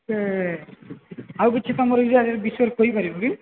ଆଉ କିଛି କାମ ରହି ଯାଇ ସେ ବିଷୟରେ କହି ପାରିବ କି